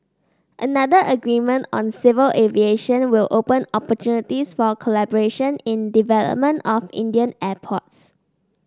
another agreement on civil aviation will open opportunities for collaboration in development of Indian airports